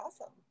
Awesome